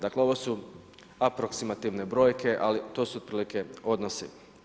Dakle, ovo su aproksimativne brojke, ali to su otprilike odnosi.